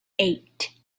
eight